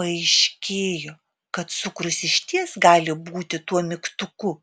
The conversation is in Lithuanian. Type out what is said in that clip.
paaiškėjo kad cukrus išties gali būti tuo mygtuku